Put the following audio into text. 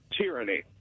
tyranny